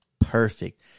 perfect